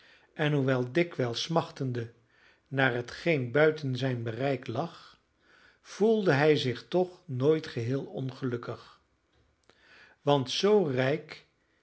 en hoewel dikwijls smachtende naar hetgeen buiten zijn bereik lag voelde hij zich toch nooit geheel ongelukkig want zoo rijk